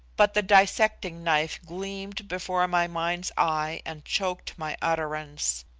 but the dissecting-knife gleamed before my mind's eye and choked my utterance.